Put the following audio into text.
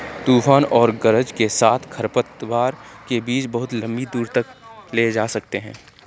तूफान और गरज के साथ खरपतवार के बीज बहुत लंबी दूरी तक ले जा सकते हैं